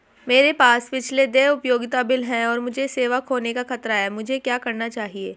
मेरे पास पिछले देय उपयोगिता बिल हैं और मुझे सेवा खोने का खतरा है मुझे क्या करना चाहिए?